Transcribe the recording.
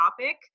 topic